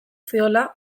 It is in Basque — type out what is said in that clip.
ziola